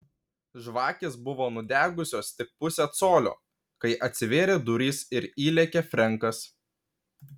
žvakės buvo nudegusios tik pusę colio kai atsivėrė durys ir įlėkė frenkas